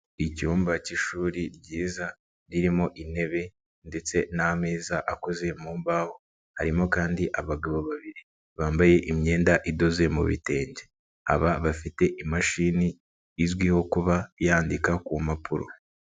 Icyumba cy'ishuri ryiza, ririmo intebe ndetse n'ameza akoze mu mbaho, harimo kandi abagabo babiri, bambaye imyenda idoze mu bitenge. Aba bafite imashini, izwiho kuba yandika ku mpapuro.